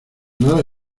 nada